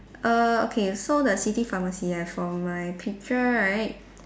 err okay so the city pharmacy ah from my picture right